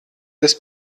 des